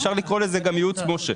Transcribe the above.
אפשר לקרוא לזה גם ייעוץ משה.